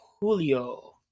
Julio